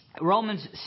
Romans